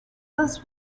this